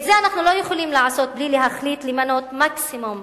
את זה אנחנו לא יכולים לעשות בלי להחליט למנות מקסימום,